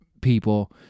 people